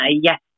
yes